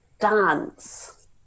dance